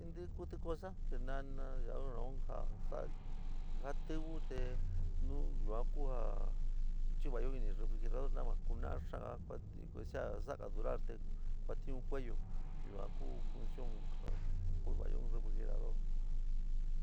in ntɨɨ kuti cosa, tinána jatiwi te nu yuaán ku jaá chiva'ayo ini refrigerador nava kuna'á xaánga osea sa'aga durar teé kuatiún kueéyo. yuan ku funcion ja ku'únva'ayo in refrigerador.